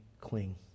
cling